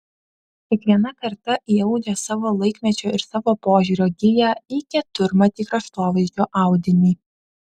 kiekviena karta įaudžia savo laikmečio ir savo požiūrio giją į keturmatį kraštovaizdžio audinį